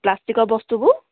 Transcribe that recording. প্লাষ্টিকৰ বস্তুবোৰ